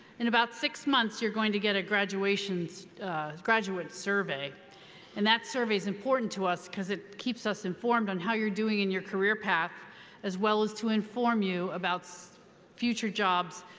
in about six months, you're going to get a graduate and graduate survey and that survey's important to us because it keeps us informed on how you're doing in your career path as well as to inform you about so future jobs,